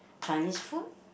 Chinese food